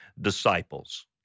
disciples